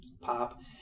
pop